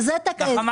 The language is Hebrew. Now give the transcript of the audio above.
לחמאס.